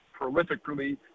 prolifically